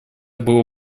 было